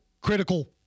critical